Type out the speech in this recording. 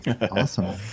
Awesome